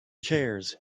chairs